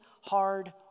hard